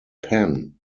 pen